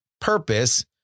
purpose